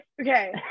Okay